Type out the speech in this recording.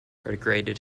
degraded